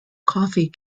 coffee